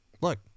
Look